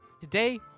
Today